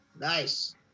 Nice